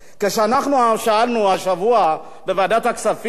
כשאנחנו שאלנו השבוע בוועדת הכספים